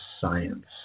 science